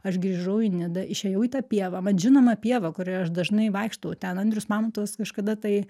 aš grįžau į nidą išėjau į tą pievą man žinomą pievą kurioj aš dažnai vaikštau ten andrius mamontovas kažkada tai